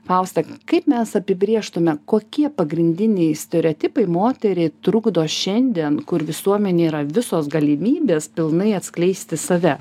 fausta kaip mes apibrėžtume kokie pagrindiniai stereotipai moteriai trukdo šiandien kur visuomenėj yra visos galimybės pilnai atskleisti save